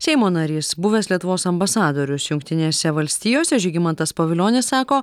seimo narys buvęs lietuvos ambasadorius jungtinėse valstijose žygimantas pavilionis sako